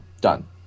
Done